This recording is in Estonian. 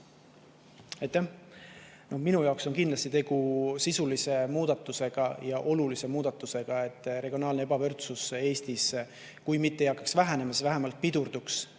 Minu jaoks on kindlasti tegu sisulise muudatusega ja olulise muudatusega, et regionaalne ebavõrdsus Eestis kui mitte ei hakkaks vähenema, siis vähemalt pidurduks.